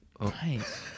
Nice